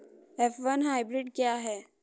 F one hybrid क्या है?